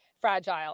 fragile